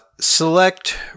select